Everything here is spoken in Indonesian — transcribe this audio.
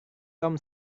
tom